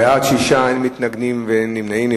בעד, 6, אין מתנגדים ואין נמנעים.